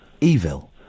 Evil